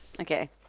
Okay